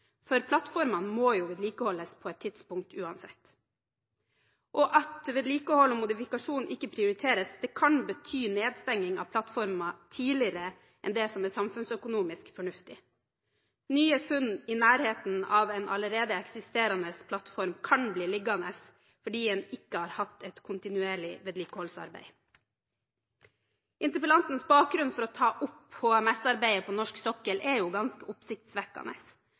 for plattformene må jo vedlikeholdes på et tidspunkt uansett. At vedlikehold og modifikasjon ikke prioriteres, kan bety nedstenging av plattformer tidligere enn det som er samfunnsøkonomisk fornuftig. Nye funn i nærheten av en allerede eksisterende plattform kan bli liggende fordi en ikke har hatt et kontinuerlig vedlikeholdsarbeid. Interpellantens bakgrunn for å ta opp HMS-arbeidet på norsk sokkel er jo ganske oppsiktsvekkende,